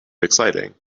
exciting